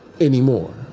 anymore